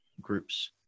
groups